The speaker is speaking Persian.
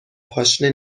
پاشنه